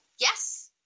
Yes